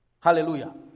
Hallelujah